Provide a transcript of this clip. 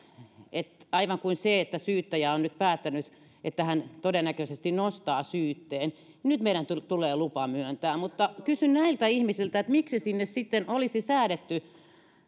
että aivan kuin siksi että syyttäjä on nyt päättänyt että hän todennäköisesti nostaa syytteen meidän tulisi nyt lupa myöntää mutta kysyn näiltä ihmisiltä miksi sinne sitten olisi säädetty